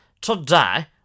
today